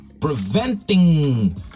preventing